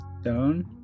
Stone